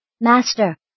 Master